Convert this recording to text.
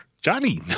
Johnny